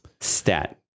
stat